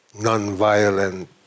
non-violent